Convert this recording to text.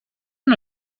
نوع